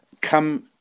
come